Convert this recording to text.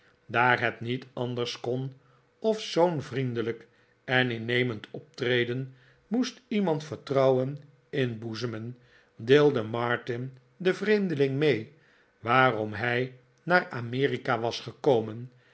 daar het niet anders kon of zoo'n vriendelijk en innemend optreden moest iemand vertrouwen inboezemen deelde martin den vfeemdeling mee waarom hij naar amerika was gekomen